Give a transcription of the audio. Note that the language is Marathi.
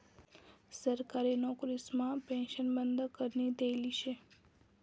सरकारी नवकरीसमा पेन्शन बंद करी देयेल शे